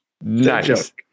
nice